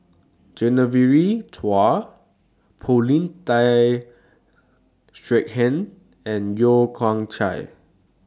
Genevieve Chua Paulin Tay Straughan and Yeo Kian Chai